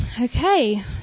Okay